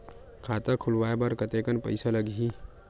खाता खुलवाय बर कतेकन पईसा लगही?